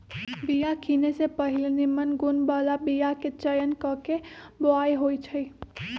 बिया किने से पहिले निम्मन गुण बला बीयाके चयन क के बोआइ होइ छइ